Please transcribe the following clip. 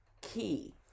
key